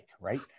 right